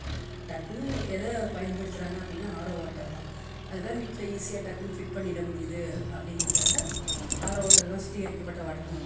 டக்குன்னு எதை பயன்படுத்துறாங்க அப்படினா ஆர்ஓ வாட்டர் தான் அது தான் வீட்டில் ஈசியாக டக்குன்னு ஃபிட் பண்ணிட முடியுது அப்படிங்கிறத்துக்காக ஆர்ஓ வாட்டர் தான் சுத்திகரிக்கப்பட்ட வாட்டர்னு குடிக்கிறாங்க